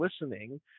listening